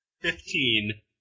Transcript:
Fifteen